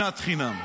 שנאם חינם.